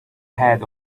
had